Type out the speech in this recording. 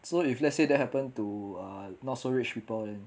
so if let's say that happen to uh not so rich people then